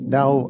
now